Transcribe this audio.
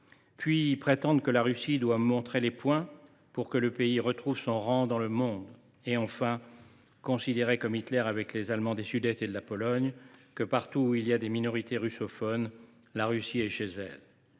On prétend ensuite que la Russie doit montrer les poings afin de retrouver son rang dans le monde. On considère enfin, comme Hitler avec les Allemands des Sudètes et de la Pologne, que partout où il y a des minorités russophones la Russie est chez elle.